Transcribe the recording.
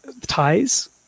Ties